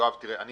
יואב גפני,